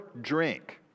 drink